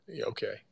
Okay